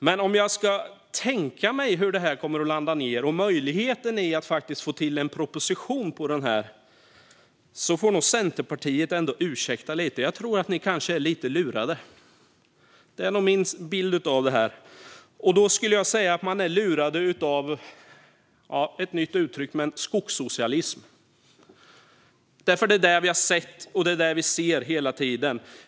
Men om jag ska tänka mig hur detta kommer att landa och möjligheten att faktiskt få till en proposition av detta får Centerpartiet ursäkta lite - jag tror att ni kanske är lite lurade. Det är nog min bild av detta. Jag skulle säga att man är lurad av skogssocialism, med ett nytt uttryck. Det är nämligen det vi har sett och hela tiden ser.